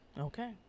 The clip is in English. okay